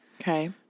Okay